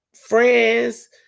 friends